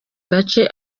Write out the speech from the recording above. gace